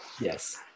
Yes